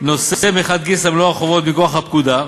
נושא מחד גיסא במלוא החובות מכוח הפקודה,